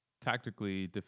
tactically